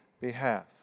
behalf